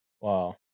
Wow